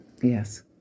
Yes